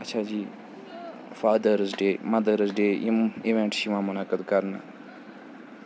اچھا جی father's day mother's day یِم اِوینٛٹ چھِ یِوان مُنعقد کَرنہٕ